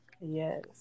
Yes